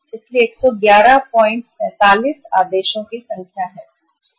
इसलिए 11147 आदेशों की संख्या है